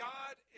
God